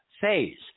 phase